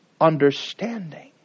understanding